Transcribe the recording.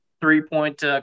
three-point